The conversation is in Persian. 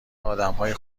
آدمهای